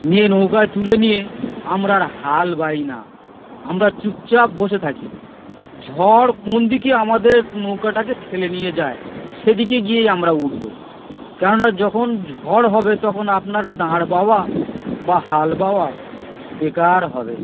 নিয়ে নৌকায় তুলে নিয়ে আমরা হাল বাই না আমরা চুপচাপ বসে থাকি ঝড় কোন দিকে আমাদের নৌকাটাকে ঠেলে নিয়ে যায় সেদিকে গিয়েই আমরা উঠবো কেননা যখন ঝড় হবে তখন আপনার দাঁড় বাওয়া বা হাল বাওয়া বেকার হবে